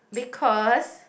because